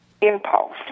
impulse